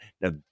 Now